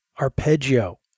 arpeggio